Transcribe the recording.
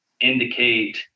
indicate